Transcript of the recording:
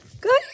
Good